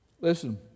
Listen